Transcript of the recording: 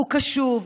הוא קשוב,